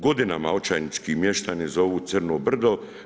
Godinama očajnički mještani zovu crno brdo.